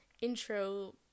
intro